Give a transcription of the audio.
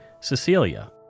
Cecilia